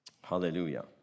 Hallelujah